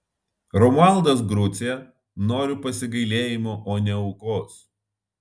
romualdas grucė noriu pasigailėjimo o ne aukos